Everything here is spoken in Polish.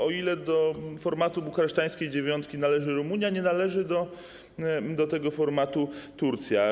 O ile do formatu bukareszteńskiej dziewiątki należy Rumunia, o tyle nie należy do tego formatu Turcja.